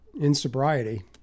insobriety